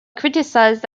criticized